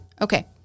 Okay